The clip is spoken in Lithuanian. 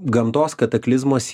gamtos kataklizmos